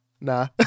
Nah